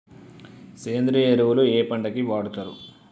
సేంద్రీయ ఎరువులు ఏ పంట కి వాడుతరు?